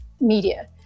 media